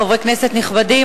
חברי כנסת נכבדים,